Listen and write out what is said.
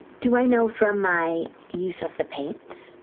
do i know, from my use of the paints,